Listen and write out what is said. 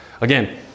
Again